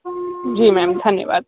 जी ma'am धन्यवाद